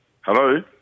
Hello